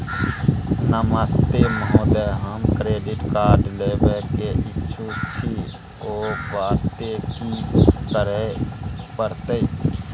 नमस्ते महोदय, हम credit card लेबे के इच्छुक छि ओ वास्ते की करै परतै?